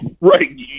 right